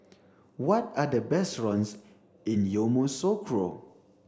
what are the best runs in Yamoussoukro